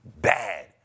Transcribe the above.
Bad